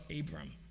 Abram